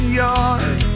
yard